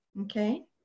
Okay